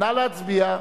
נא להצביע.